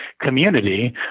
community